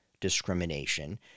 discrimination